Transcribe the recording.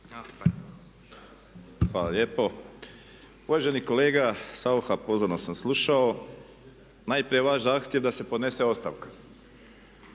Hvala lijepo. Uvaženi kolega Saucha pozorno sam slušao. Najprije vaš zahtjev da se podnese ostavka.